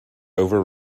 over